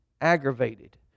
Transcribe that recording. aggravated